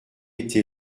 été